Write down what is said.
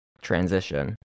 transition